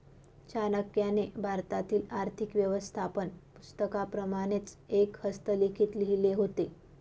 चाणक्याने भारतातील आर्थिक व्यवस्थापन पुस्तकाप्रमाणेच एक हस्तलिखित लिहिले होते